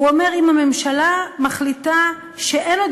הוא אומר: אם הממשלה מחליטה שאין עוד